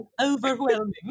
overwhelming